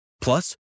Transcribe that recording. Plus